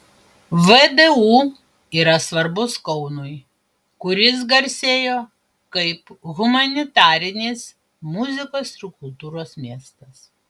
vdu yra svarbus kaunui kuris garsėjo kaip humanitarinis muzikos ir kultūros miestas